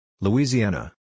Louisiana